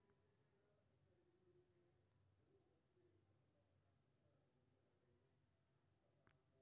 विभिन्न mobile app पर रोजाना केर मौसमक हाल बताएल जाए छै